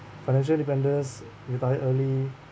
financial independence retire early